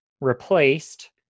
replaced